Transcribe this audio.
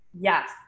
Yes